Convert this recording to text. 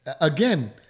again